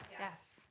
Yes